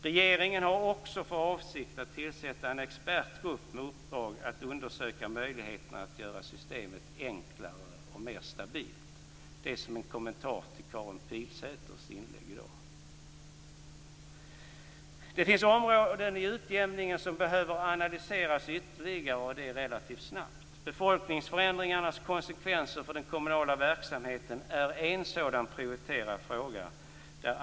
Regeringen har också för avsikt att tillsätta en expertgrupp med uppdrag att undersöka möjligheterna att göra systemet enklare och mer stabilt. Det säger jag som en kommentar till Karin Pilsäters inlägg i dag. Det finns områden i utjämningen som behöver analyseras ytterligare, och det relativt snabbt. Befolkningsförändringarnas konsekvenser för den kommunala verksamheten är en sådan prioriterad fråga.